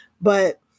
but-